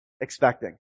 expecting